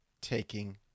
taking